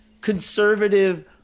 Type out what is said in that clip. conservative